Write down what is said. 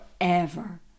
forever